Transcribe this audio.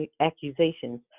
accusations